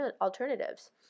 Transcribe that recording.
alternatives